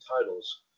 titles